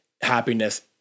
happiness